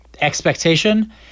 expectation